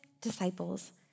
disciples